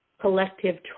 collective